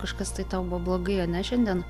kažkas tai tau buvo blogai ane šiandien